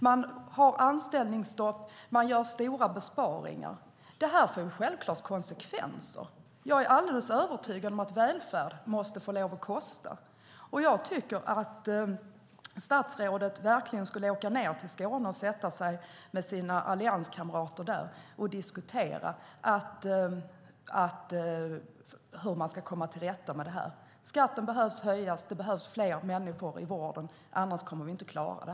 Man har anställningsstopp. Man gör stora besparingar. Det får självklart konsekvenser. Jag är alldeles övertygad om att välfärd måste få kosta, och jag tycker att statsrådet skulle åka till Skåne, sätta sig med sina allianskamrater där och diskutera hur man ska komma till rätta med problemen. Skatten behöver höjas. Det behövs fler människor i vården. I annat fall kommer vi inte att klara det.